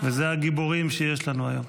זה הגיבורים שיש לנו היום.